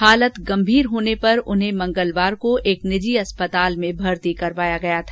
हालत गंभीर होने पर उन्हें मंगलवार को एक निजी अस्पताल में भर्ती कराया गया था